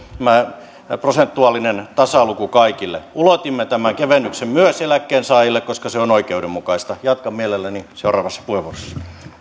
tämä prosentuaalinen tasaluku kaikille ulotimme tämän kevennyksen myös eläkkeensaajille koska se on oikeudenmukaista jatkan mielelläni seuraavassa puheenvuorossani